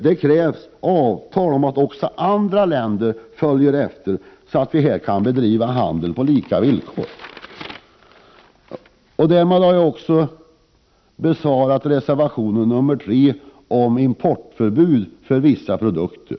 Det krävs avtal om att också andra länder följer efter så att vi kan bedriva handel på lika villkor. Därmed har jag också besvarat reservation 3 om importförbud för vissa produkter.